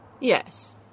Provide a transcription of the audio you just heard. Yes